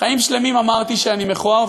חיים שלמים אמרתי שאני מכוער,